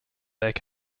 egg